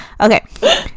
Okay